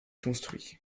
construits